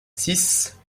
six